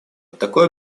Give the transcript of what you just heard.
такое